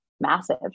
massive